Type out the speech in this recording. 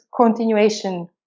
continuation